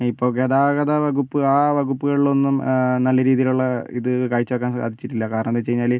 ഇപ്പോൾ ഗതാഗത വകുപ്പ് ആ വകുപ്പുകളിലൊന്നും നല്ല രീതിയിലുള്ള ഇത് കാഴ്ച വയ്ക്കാൻ സാധിച്ചിട്ടില്ല കാരണം എന്താണ് വെച്ച് കഴിഞ്ഞാൽ